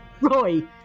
Roy